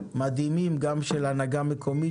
מדהימים גם של הנהגה מקומית,